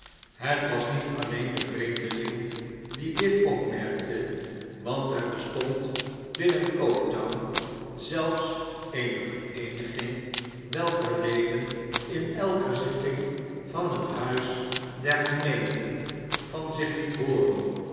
het was niet alleen de vreemdeling die dit opmerkte want er bestondbinnen coketown zelfs eene vereeniging welker leden in elke zitting van het huis der gemeenten van zich liet hooren